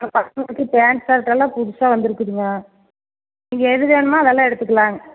பசங்களுக்கு பேண்ட் ஷர்ட்லாம் புதுசாக வந்துருக்குதுங்க நீங்கள் எது வேணுமோ அதெல்லாம் எடுத்துக்கலாங்க